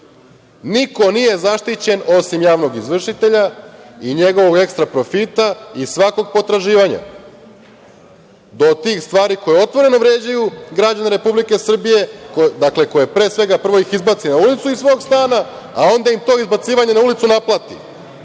nije zaštićen osim javnog izvršitelja i njegovog ekstra profita iz svakog potraživanja, do tih stvari koji otvoreno vređaju građane Republike Srbije, koje, pre svega, prvo ih izbace na ulicu iz svog stana, a onda im to izbacivanje na ulicu naplati.